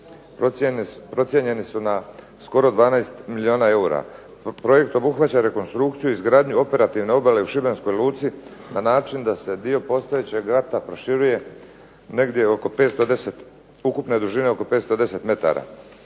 procijenjeni su na skoro 12 milijuna eura. Projekt obuhvaća rekonstrukciju i izgradnju operativne obale u šibenskoj luci na način da se dio postojećeg rata proširuje negdje oko, ukupne dužine oko 510 metara.